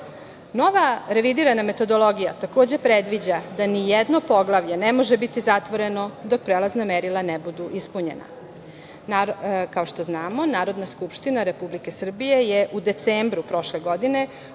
Nova revidirana metodologija, takođe, predviđa da nijedno poglavlje ne može biti zatvoreno dok prelazna merila ne budu ispunjena. Kao što znamo Narodna skupština Republike Srbije je u decembru prošle godine